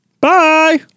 Bye